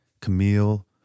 Camille